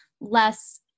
less